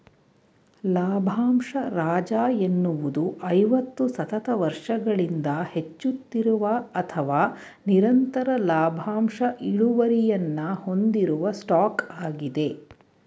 ಲಾಭಂಶ ರಾಜ ಎನ್ನುವುದು ಐವತ್ತು ಸತತ ವರ್ಷಗಳಿಂದ ಹೆಚ್ಚುತ್ತಿರುವ ಅಥವಾ ನಿರಂತರ ಲಾಭಾಂಶ ಇಳುವರಿಯನ್ನ ಹೊಂದಿರುವ ಸ್ಟಾಕ್ ಆಗಿದೆ